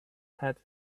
had